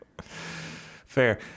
Fair